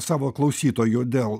savo klausytojų dėl